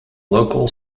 local